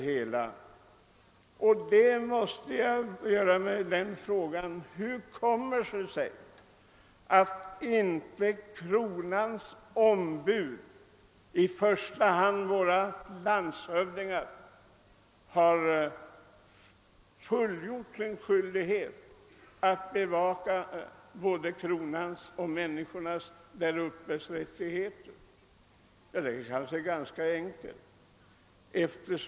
Hur kommer det sig att inte Kronans ombud, i första hand våra landshövdingar, har fullgjort sin skyldighet att bevaka såväl Kronans rättigheter som rättigheterna för de människor som bor däruppe? Förklaringen kanske är ganska enkel.